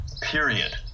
period